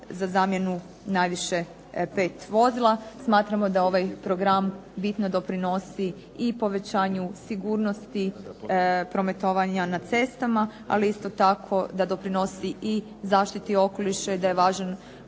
za zamjenu najviše pet vozila. Smatramo da ovaj program bitno doprinosi i povećanju sigurnosti prometovanja na cestama ali isto tako da doprinosi i zaštiti okoliša i da je važan